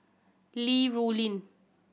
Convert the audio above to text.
Li Rulin